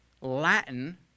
Latin